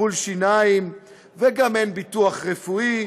טיפול שיניים, וגם אין ביטוח רפואי,